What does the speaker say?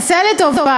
61. עשה לי טובה,